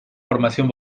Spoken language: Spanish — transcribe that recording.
formación